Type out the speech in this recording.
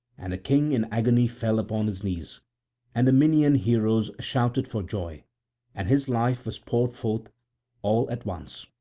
and the king in agony fell upon his knees and the minyan heroes shouted for joy and his life was poured forth all at once.